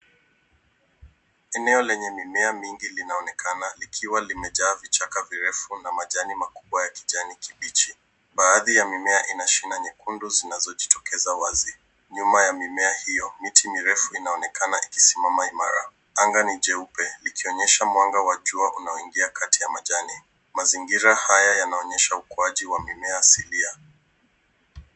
Eneo lenye mimea mingi inaonekana likiwa limejaa vichaka virefu na majani makubwa ya kijani kibichi. Baadhi ya mimea ina shina nyekundu inajitokeza wazi. Nyuma ya mimea hiyo miyi mirefu inaonekana ikisimama imara. Anga ni jeupe likionyesha mwanga wa jua unaoingia kati ya majani. Mazingira haya yanaonyesha ukuaji wa mimea asilia.